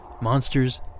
Monsters